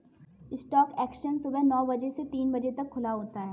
stock exchange सुबह नो बजे से तीन बजे तक खुला होता है